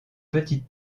petite